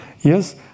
Yes